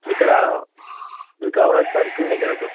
ఇక్కడ వికరాబాద్ సర్కిల్ దగ్గర ఉన్నాం